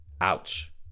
Ouch